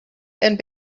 and